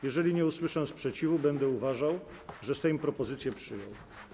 Jeżeli nie usłyszę sprzeciwu, będę uważał, że Sejm propozycję przyjął.